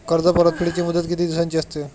कर्ज परतफेडीची मुदत किती दिवसांची असते?